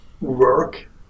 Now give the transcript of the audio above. work